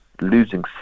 losing